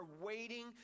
waiting